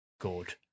good